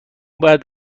بعد